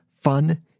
fun